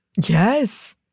Yes